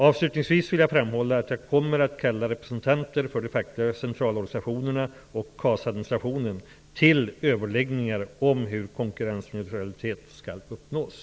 Avslutningsvis vill jag framhålla att jag kommer att kalla representanter för de fackliga centralorganisationerna och KAS administrationen till överläggningar om hur konkurrensneutralitet skall uppnås.